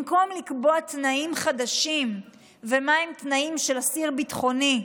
במקום לקבוע תנאים חדשים ומה התנאים של אסיר ביטחוני,